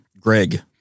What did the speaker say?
Greg